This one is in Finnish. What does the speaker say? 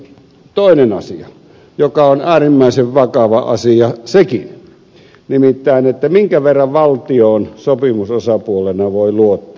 toinen asia joka on äärimmäisen vakava asia sekin nimittäin minkä verran valtioon sopimusosapuolena voi luottaa